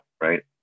Right